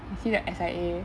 you see the S_I_A